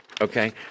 Okay